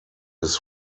his